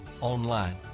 online